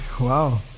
wow